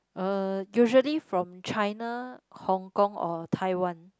uh usually from China Hong-Kong or Taiwan